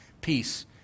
peace